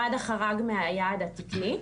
מד"א חרג מהיעד התקני,